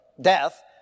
death